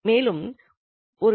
மேலும் ஒரு டெர்ம் ரத்தாகிவிடும்